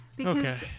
Okay